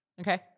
Okay